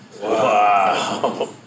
Wow